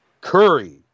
curry